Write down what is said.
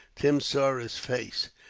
tim saw his face.